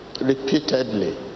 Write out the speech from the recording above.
Repeatedly